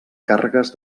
càrregues